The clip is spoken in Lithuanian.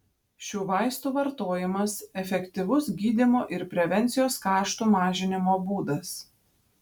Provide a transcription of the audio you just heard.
šių vaistų vartojimas efektyvus gydymo ir prevencijos kaštų mažinimo būdas